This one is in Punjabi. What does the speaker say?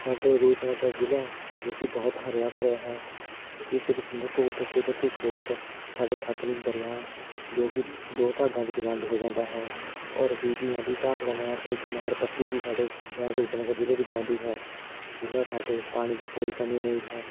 ਸਾਡੇ ਰੂਪਨਗਰ ਜ਼ਿਲ੍ਹਾ ਜੋ ਕਿ ਬਹੁਤ ਹਰਿਆ ਭਰਿਆ ਹੈ ਜਿਸ ਵਿੱਚ ਮੁੱਖ਼ ਕੁਦ ਕੁਦਰਤੀ ਸਰੋਤ ਸਾਡੇ ਸਤਲੁਜ ਦਰਿਆ ਜੋ ਕਿ ਦੋ ਭਾਗਾਂ ਵਿੱਚ ਵੰਡ ਹੋ ਜਾਂਦਾ ਹੈ ਔਰ B B M B Bhakra ਨਹਿਰ ਤੋਂ ਇੱਕ ਨਹਿਰ ਪੱਕੀ ਵੀ ਸਾਡੇ ਸ਼ਹਿਰ ਰੂਪਨਗਰ ਜ਼ਿਲ੍ਹੇ ਵਿੱਚ ਆਉਂਦੀ ਹੈ ਜਿਸ ਨਾਲ ਸਾਡੇ ਪਾਣੀ ਦੀ ਕੋਈ ਕਮੀ ਨਹੀਂ ਹੈ